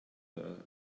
thirty